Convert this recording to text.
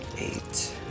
eight